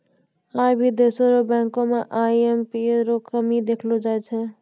आई भी देशो र बैंको म आई.एम.पी.एस रो कमी देखलो जाय छै